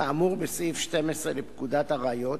כאמור בסעיף 12 לפקודת הראיות,